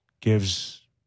gives